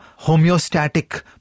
homeostatic